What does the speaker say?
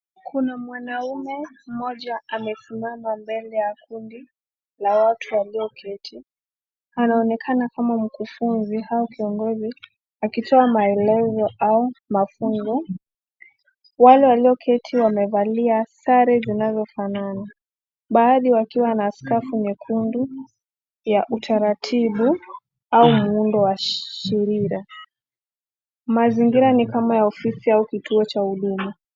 Kuna mwanaume mmoja amesimama mbele ya kundi la watu walioketi. Anaonekana kama mkufunzi au kiongozi akitoa maelezo au mafunzo. Wale walioketi wamevalia sare zinazofanana. Baadhi wakiwa na skafu nyekundu ya utaratibu au muundo wa shirira. Mazingira ni kama ya ofisi au kituo cha huduma.